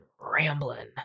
rambling